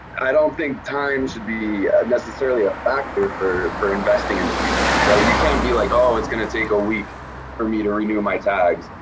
i don't think time should be a necessarily a factor for for investing in the future, right? you can't be like, oh, it's gonna take a week for me to renew my tags,